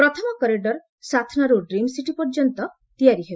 ପ୍ରଥମ କରିଡର୍ ସାଥନାରୁ ଡ୍ରିମ୍ସିଟି ପର୍ଯ୍ୟନ୍ତ ତିଆରି ହେବ